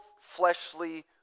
fleshly